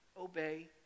obey